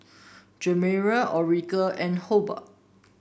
Jeremiah Orelia and Hobart